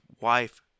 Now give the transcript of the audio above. wife